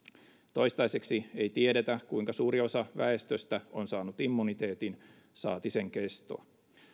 toistaiseksi ei tiedetä kuinka suuri osa väestöstä on saanut immuniteetin saati sen kestoa